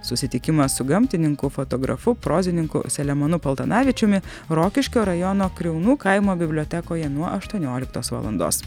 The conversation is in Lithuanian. susitikimas su gamtininku fotografu prozininku selemonu paltanavičiumi rokiškio rajono kriaunų kaimo bibliotekoje nuo aštuonioliktos valandos